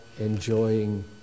enjoying